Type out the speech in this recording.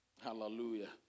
Hallelujah